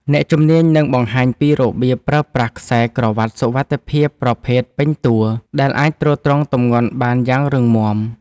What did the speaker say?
អ្នកជំនាញនឹងបង្ហាញពីរបៀបប្រើប្រាស់ខ្សែក្រវាត់សុវត្ថិភាពប្រភេទពេញតួ ដែលអាចទ្រទ្រង់ទម្ងន់បានយ៉ាងរឹងមាំ។